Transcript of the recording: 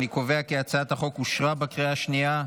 אני קובע כי הצעת החוק אושרה בקריאה שנייה.